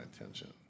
attention